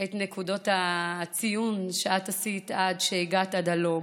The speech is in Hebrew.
את נקודות הציון שאת עשית עד שהגעת עד הלום.